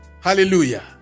Hallelujah